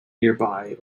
nearby